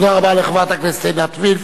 תודה רבה לחברת הכנסת עינת וילף.